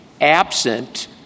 absent